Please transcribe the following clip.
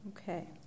Okay